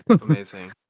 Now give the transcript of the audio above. amazing